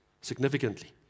significantly